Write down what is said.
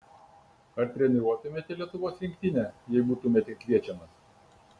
ar treniruotumėte lietuvos rinktinę jei būtumėte kviečiamas